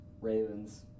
Ravens